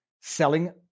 selling